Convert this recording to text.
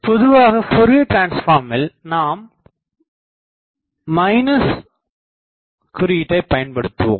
பொதுவாக ஃபோரியர் டிரான்ஸ்பார்மில் நாம் குறியீட்டை பயன்படுத்துவோம்